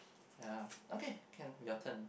yeah okay can your turn